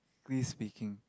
~ally speaking